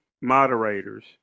moderators